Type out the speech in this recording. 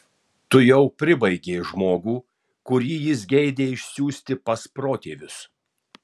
tu jau pribaigei žmogų kurį jis geidė išsiųsti pas protėvius